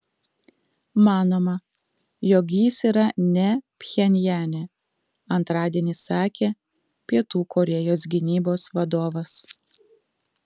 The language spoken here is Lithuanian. manoma jog jis yra ne pchenjane antradienį sakė pietų korėjos gynybos vadovas